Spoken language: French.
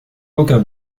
aucun